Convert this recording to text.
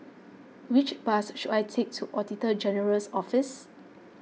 which bus should I take to Auditor General's Office